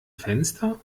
fenster